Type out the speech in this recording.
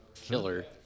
Killer